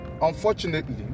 unfortunately